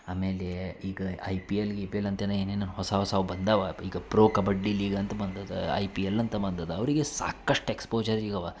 ಆಮೇಲೇ ಈಗ I P L ಗಿಪಿಲ್ ಅಂತ ಏನೋ ಏನೇನೊ ಹೊಸ ಹೊಸಾವು ಬಂದಾವ ಈಗ ಪ್ರೊ ಕಬಡ್ಡಿ ಲೀಗ್ ಅಂತ ಬಂದದೆ ಐ ಪಿ ಎಲ್ ಅಂತ ಬಂದದೆ ಅವರಿಗೆ ಸಾಕಷ್ಟು ಎಕ್ಸ್ಪೋಜರ್ ಈಗಿವೆ